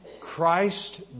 Christ